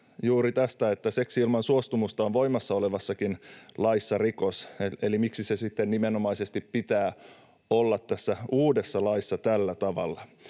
juuri tästä, että seksi ilman suostumusta on voimassa olevassakin laissa rikos, eli miksi se sitten nimenomaisesti pitää olla tässä uudessa laissa tällä tavalla.